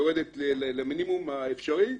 יורדת למינימום האפשרי,